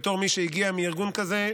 בתור מי שהגיע מארגון כזה,